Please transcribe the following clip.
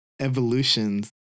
evolutions